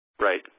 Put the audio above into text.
Right